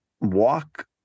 walk